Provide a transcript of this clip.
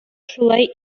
шулай